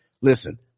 Listen